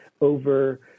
over